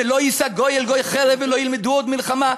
ולא יישא גוי אל גוי חרב ולא ילמדו עוד מלחמה.